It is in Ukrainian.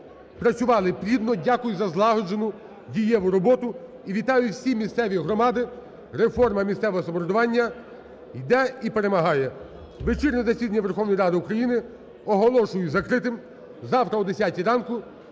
Працювали плідно, дякую за злагоджену, дієву роботу. І вітаю всі місцеві громади, реформа місцевого самоврядування йде і перемагає! Вечірнє засідання Верховної Ради України оголошую закритим. Завтра о 10 ранку